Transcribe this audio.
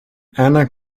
anna